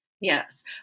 Yes